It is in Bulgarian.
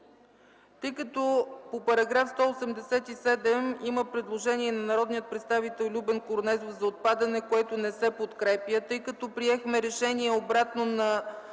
тъй като по § 187 има предложение на народния представител Любен Корнезов за отпадане, което не се подкрепя, тъй като приехме решение, обратно на